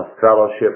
fellowship